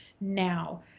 now